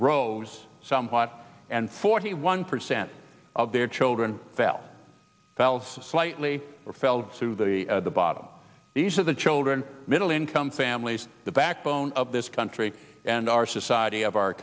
rose somewhat and forty one percent of their children fell slightly or fell to the bottom these are the children middle income families the backbone of this country and our society of our